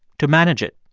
to manage it.